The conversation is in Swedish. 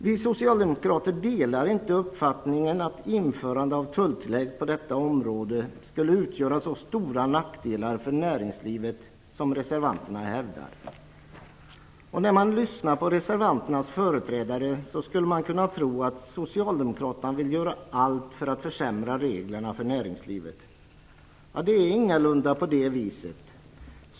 Vi socialdemokrater delar inte uppfattningen att införandet av tulltillägg på detta område skulle medföra så stora nackdelar för näringslivet som reservanterna hävdar. När man lyssnar på reservanternas företrädare skulle man kunna tro att socialdemokraterna vill göra allt för att försämra reglerna för näringslivet. Det är ingalunda på det viset.